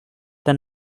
this